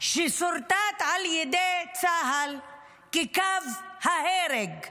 שסורטט על ידי צה"ל כקו ההרג,